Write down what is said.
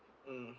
mm